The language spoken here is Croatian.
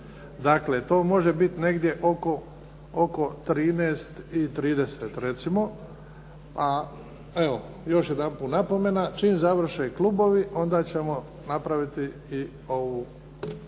Dakle, to može biti negdje oko 13,30 a evo još jedanput napomena. Čim završe klubovi onda ćemo napraviti i ovaj